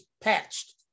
patched